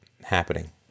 happening